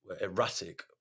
erratic